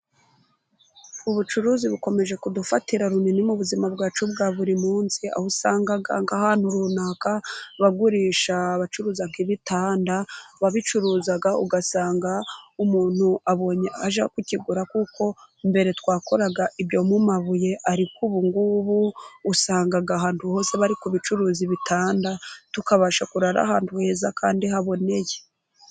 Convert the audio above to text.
Ubucuruzi bukomeje kudufatira runini mu buzima bwacu bwa buri munsi, aho usanga nka hantu runaka bagurisha, bacuruza nk'ibitanda, wabicuruza ugasanga umuntu abonye aje kukikigura, kuko mbere twakoraga ibyo mu mabuye ariko ubungubu, usanga ahantu hose bari ku bicuruza ibitanda, tukabasha kurara ahantu heza kandi haboneye.